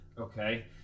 Okay